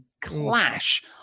clash